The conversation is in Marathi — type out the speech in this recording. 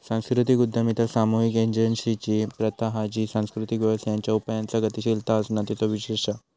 सांस्कृतिक उद्यमिता सामुहिक एजेंसिंची प्रथा हा जी सांस्कृतिक व्यवसायांच्या उपायांचा गतीशील असणा तेचो विशेष हा